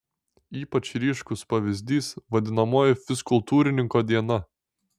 ypač ryškus pavyzdys vadinamoji fizkultūrininko diena